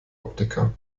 optiker